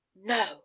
no